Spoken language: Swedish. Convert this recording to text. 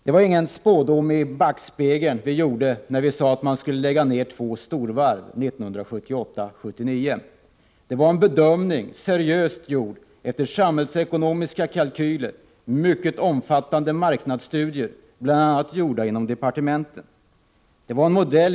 Det var ingen spådom i backspegeln när vi sade att man skulle komma att lägga ned två storvarv 1978/79. Det var en seriös bedömning, gjord efter samhällsekonomiska kalkyler och efter mycket omfattande marknadsstudier, bl.a. utförda inom departementen.